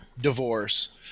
divorce